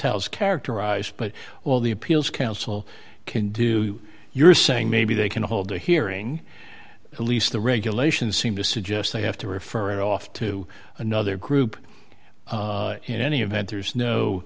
is characterized but all the appeals council can do you're saying maybe they can hold a hearing at least the regulations seem to suggest they have to refer it off to another group in any event there is no